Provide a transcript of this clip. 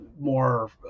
more